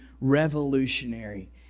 revolutionary